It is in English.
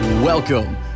Welcome